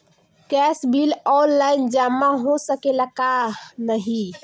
Gas bill online जमा हो सकेला का नाहीं?